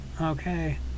okay